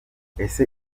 ese